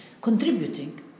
contributing